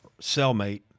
cellmate